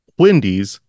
wendy's